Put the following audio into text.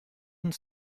uns